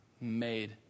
made